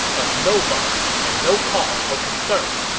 a nobody and no cause for concern,